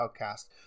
podcast